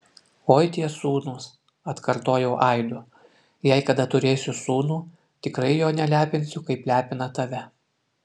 oi tie sūnūs atkartojau aidu jei kada turėsiu sūnų tikrai jo nelepinsiu kaip lepina tave